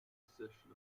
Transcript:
position